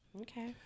Okay